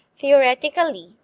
theoretically